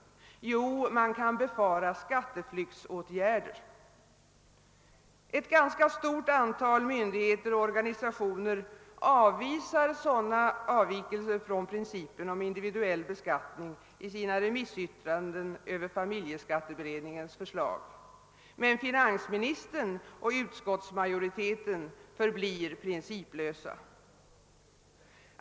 Jo, man kan befara skatteflyktåtgärder. Ett ganska stort antal myndigheter och organisationer avvisar sådana avvikelser från principen om individuell beskattning i sina remissyttranden över familjeskatteberedningens förslag, men finansministern och utskottsmajoriteten förblir principlösa.